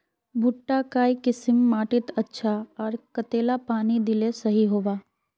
भुट्टा काई किसम माटित अच्छा, आर कतेला पानी दिले सही होवा?